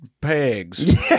pegs